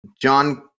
John